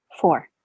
four